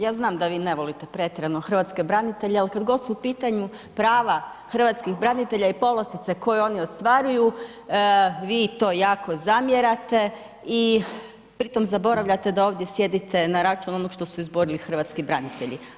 Kolega Stazić, ja znam da vi ne volite pretjerano hrvatske branitelja, ali kada god su u pitanju prava hrvatskih branitelja i povlastice koje oni ostvaruju vi im to jako zamjerate i pri tom zaboravljate da ovdje sjedite na račun onoga što su izborili hrvatski branitelji.